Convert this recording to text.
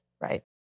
right